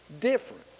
different